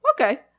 Okay